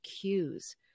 cues